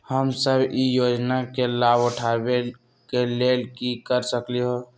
हम सब ई योजना के लाभ उठावे के लेल की कर सकलि ह?